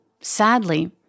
sadly